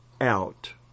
out